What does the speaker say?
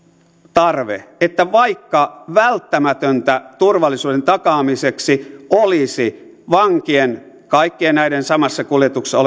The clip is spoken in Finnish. tarve että vaikka välttämätöntä turvallisuuden takaamiseksi olisi kaikkien näiden samassa kuljetuksessa